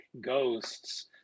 ghosts